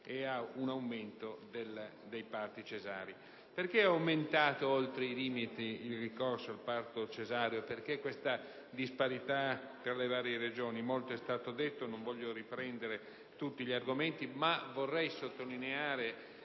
e all'aumento dei parti cesarei. Perché è aumentato oltre i limiti ragionevoli il ricorso al parto cesareo? Perché questa disparità tra le varie Regioni? Molto è stato detto e non voglio riprendere tutti gli argomenti, ma vorrei sottolineare